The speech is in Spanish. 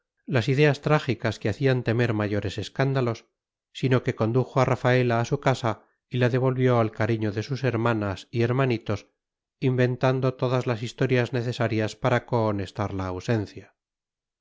las ideas trágicas que hacían temer mayores escándalos sino que condujo a rafaela a su casa y la devolvió al cariño de sus hermanas y hermanitos inventando todas las historias necesarias para cohonestar la ausencia